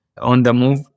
on-the-move